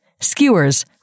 skewers